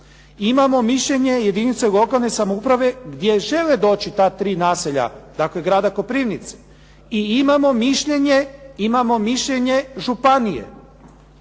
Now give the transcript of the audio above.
Imamo mišljenje jedinice lokalne samouprave gdje žele doći ta tri naselja, dakle, grada Koprivnice i imamo mišljenje županije.